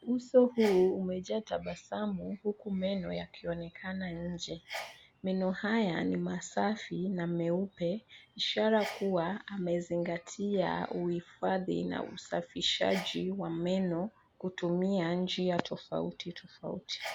Uso huu umejaa tabasamu huku meno yakionekana nje. Meno haya ni masafi na meupe ishara kuwa amaezingatia uhifadhi na usafishaji wa meno kutumia njia tofautitofauti.